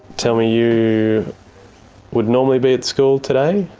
tell me, you would normally be at school today?